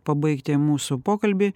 pabaigti mūsų pokalbį